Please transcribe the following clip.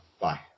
Bye